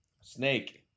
snake